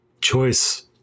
choice